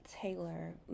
Taylor